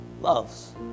loves